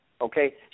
Okay